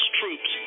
troops